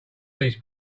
these